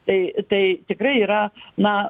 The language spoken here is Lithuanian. tai tai tikrai yra na